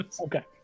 Okay